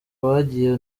abagiye